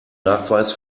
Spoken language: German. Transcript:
nachweis